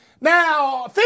Now